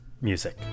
Music